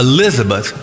Elizabeth